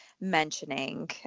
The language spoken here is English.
mentioning